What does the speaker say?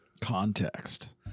context